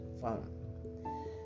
phone